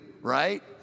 right